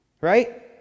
Right